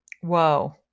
Whoa